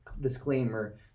disclaimer